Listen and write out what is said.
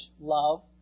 love